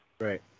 Right